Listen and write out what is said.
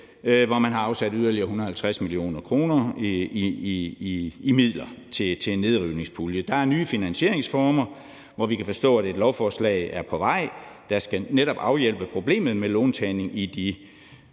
hvor man har afsat yderligere 150 mio. kr. i midler til nedrivningspuljen. Der er nye finansieringsformer, og vi kan forstå, at der er et lovforslag på vej, der netop skal afhjælpe problemet med låntagning i de